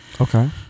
Okay